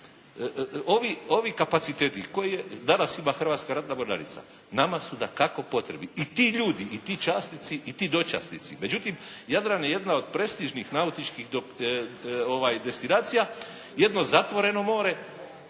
ovi kapaciteti koje danas ima Hrvatska ratna mornarica, nama su dakako potrebni i ti ljudi i ti časnici i ti dočasnici. Međutim Jadran je jedna od prestižnih nautičkih destinacija, jedno zatvoreno more